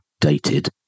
dated